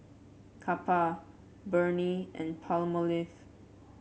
Kappa Burnie and Palmolive